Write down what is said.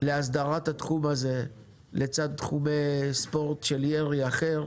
להסדרת התחום הזה לצד תחומי ספורט של ירי אחר,